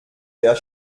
der